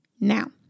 now